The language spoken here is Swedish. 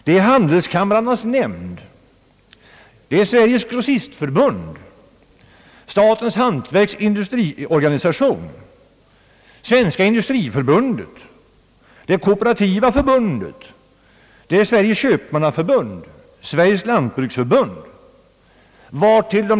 Det är Handelskamrarnas nämnd, Sveriges grossistförbund, Statens hantverksoch industriorganisation, Sveriges industriförbund, Kooperativa förbundet, Sveriges köpmannaförbund och Sveriges lantbruksförbund.